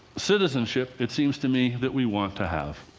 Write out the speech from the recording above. citizenship it seems to me that we want to have.